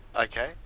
Okay